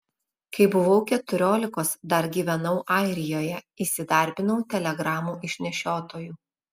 kai buvau keturiolikos dar gyvenau airijoje įsidarbinau telegramų išnešiotoju